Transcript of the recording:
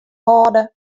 hâlde